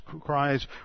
cries